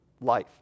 life